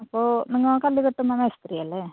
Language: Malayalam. അപ്പോൾ നിങ്ങൾ കല്ല് കെട്ടുന്ന മേസ്ത്രി അല്ലേ